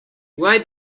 why